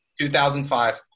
2005